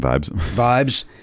vibes